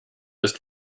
ist